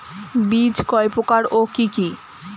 বীজ কয় প্রকার ও কি কি?